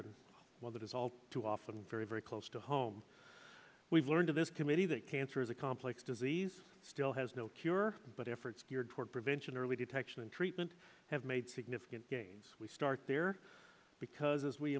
and well that is all too often very very close to home we've learned of this committee that cancer is a complex disease still has no cure but efforts geared toward prevention early detection and treatment have made significant gains we start there because as we